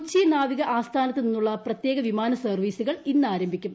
കൊച്ചി നാവിക ആസ്ഥാനത്ത് നിന്നുള്ള പ്രത്യേക വിമാന സർവ്വീസുകൾ ഇന്ന് ആരംഭിക്കും